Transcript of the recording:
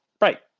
right